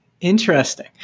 Interesting